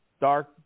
dark